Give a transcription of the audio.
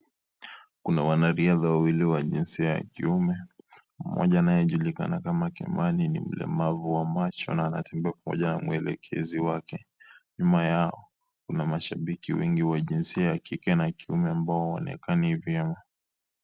Kuna wanariadha wawili wa jinsia ya kiume , mmoja anayejulikana kama Kimani ambaye ni mlemavu wa macho na anatembea pamoja na mwelekezi wake . Nyuma yao kuna mashabiki wengi wa jinsia ya kike na kiume ambao hawaonekani vyema.